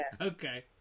Okay